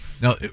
Now